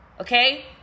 okay